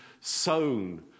sown